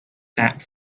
that